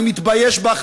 אני מתבייש בך,